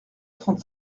trente